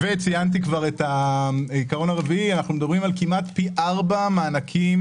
ציינתי כבר את העיקרון הרביעי: אנחנו מדברים על כמעט פי ארבעה מענקים